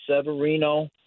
Severino